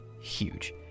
huge